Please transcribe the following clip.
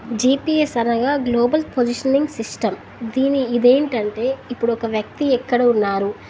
GPS అనగా global positioning system దీని ఇదేంటంటే ఇప్పుడు ఒక వ్యక్తి ఎక్కడ ఉన్నారు